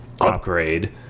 upgrade